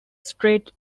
straight